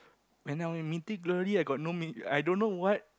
and now only Mythic-Glory I got no mi~ I don't know what